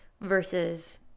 versus